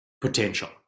potential